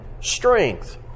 strength